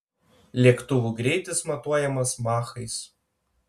lėktuvų greitis matuojamas machais